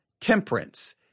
Temperance